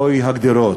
אוי, הגדרות,